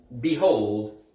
behold